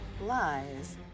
Lies